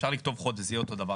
אפשר לכתוב חודש, זה יהיה אותו דבר.